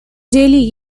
daily